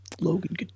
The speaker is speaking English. Logan